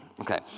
Okay